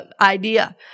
idea